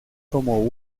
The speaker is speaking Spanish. como